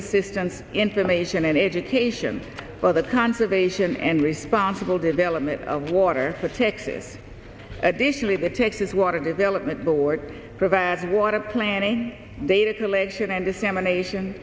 assistance information and education for the conservation and responsible development of water for texas additionally the texas water development board provide water planning they needed religion and dissemination